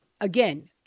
again